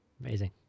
Amazing